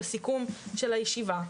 בסיכום של הישיבה,